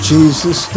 Jesus